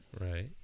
Right